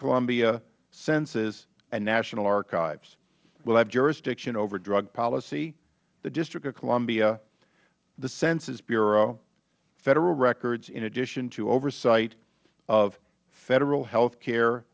columbia census and the national archives will have jurisdiction over drug policy the district of columbia the census bureau and federal records in addition to oversight of federal health care